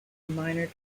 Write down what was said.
minor